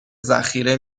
ذخیره